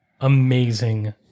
amazing